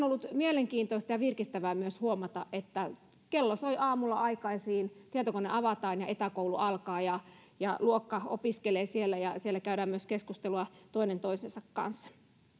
ollut mielenkiintoista ja virkistävää huomata että kello soi aamulla aikaisin tietokone avataan ja etäkoulu alkaa ja ja luokka opiskelee siellä ja siellä käydään myös keskustelua toinen toisensa kanssa